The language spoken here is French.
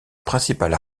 principale